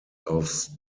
aufs